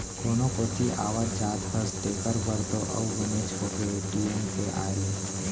कोनो कोती आवत जात हस तेकर बर तो अउ बनेच होगे ए.टी.एम के आए ले